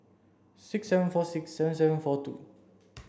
six seven four six seven seven four two